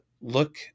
look